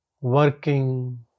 working